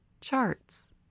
charts